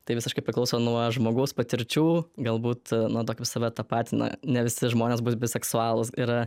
tai visiškai priklauso nuo žmogaus patirčių galbūt nuo to kaip save tapatina ne visi žmonės bus biseksualūs yra